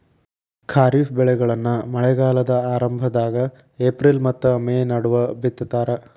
ಖಾರಿಫ್ ಬೆಳೆಗಳನ್ನ ಮಳೆಗಾಲದ ಆರಂಭದಾಗ ಏಪ್ರಿಲ್ ಮತ್ತ ಮೇ ನಡುವ ಬಿತ್ತತಾರ